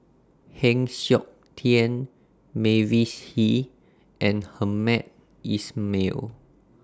Heng Siok Tian Mavis Hee and Hamed Ismail